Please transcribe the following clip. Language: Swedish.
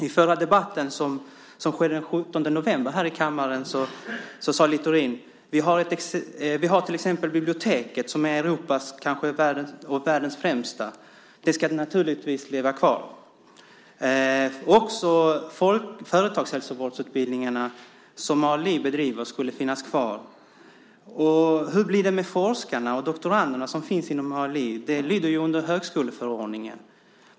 I debatten den 17 november här i kammaren sade Littorin: Vi har till exempel biblioteket, som är ett av Europas och kanske världens främsta. Det ska naturligtvis leva kvar. Också företagshälsovårdsutbildningarna som ALI bedriver skulle finnas kvar. Hur blir det med forskarna och doktoranderna som finns inom ALI? Det lyder ju under högskoleförordningen.